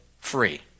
free